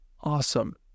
awesome